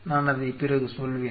நான் அதை பிறகு சொல்வேன்